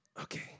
Okay